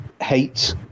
hate